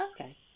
Okay